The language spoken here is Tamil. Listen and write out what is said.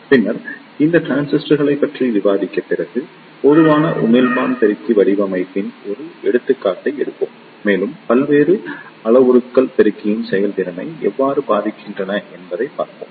பின்னர் இந்த டிரான்சிஸ்டர்களைப் பற்றி விவாதித்த பிறகு பொதுவான உமிழ்ப்பான் பெருக்கி வடிவமைப்பின் ஒரு எடுத்துக்காட்டை எடுப்போம் மேலும் பல்வேறு அளவுருக்கள் பெருக்கியின் செயல்திறனை எவ்வாறு பாதிக்கின்றன என்பதைப் பார்ப்போம்